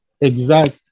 exact